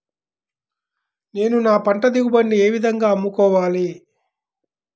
నేను నా పంట దిగుబడిని ఏ విధంగా అమ్ముకోవాలి?